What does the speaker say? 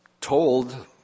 told